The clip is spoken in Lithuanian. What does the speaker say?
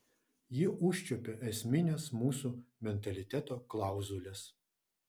ji užčiuopia esmines mūsų mentaliteto klauzules